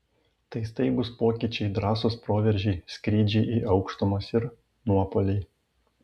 tai staigūs pokyčiai drąsūs proveržiai skrydžiai į aukštumas ir nuopuoliai